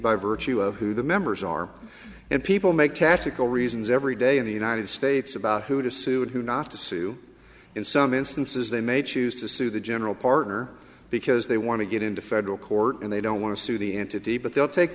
by virtue of who the members are and people make tactical reasons every day in the united states about who to sue and who not to sue in some instances they may choose to sue the general partner because they want to get into federal court and they don't want to sue the entity but they'll take